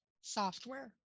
software